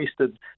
tasted